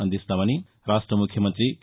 అందిస్తామని రాష్ట ముఖ్యమంతి కె